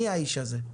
מי האיש הזה?